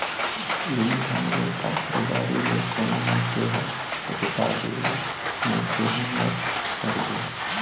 इहीं ढंग ले कखरो गाड़ी ले कोनो मनखे ह रेतागे या मनखे ह मर हर गे